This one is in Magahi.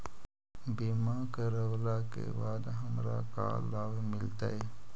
बीमा करवला के बाद हमरा का लाभ मिलतै?